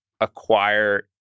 acquire